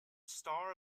star